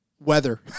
weather